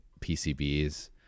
PCBs